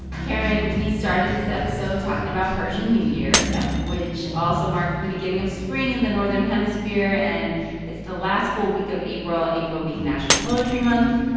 karen, we started this episode talking about persian new year yep which also marks the beginning of spring in the northern hemisphere, and it's the last full week of april april being national poetry month.